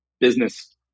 business